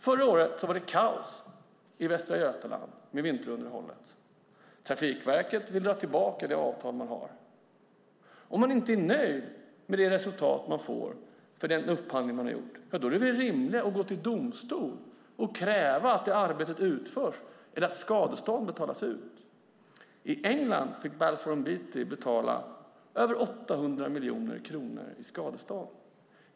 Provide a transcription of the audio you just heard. Förra året var det kaos med vinterunderhållet i Västra Götaland. Trafikverket vill dra tillbaka det avtal man har. Om man inte är nöjd med det resultat man får för den upphandling man har gjort är det väl rimligt att gå till domstol och kräva att det arbetet utförs eller att skadestånd betalas ut. I England fick Balfour Beatty betala över 800 miljoner kronor i skadestånd.